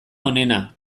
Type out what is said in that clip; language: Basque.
onena